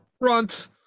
Runt